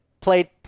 played